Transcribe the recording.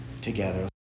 together